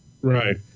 Right